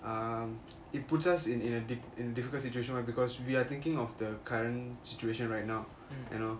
um it puts us in a in a difficult situation right now because we are thinking of the current situation right now you know